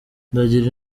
ndagira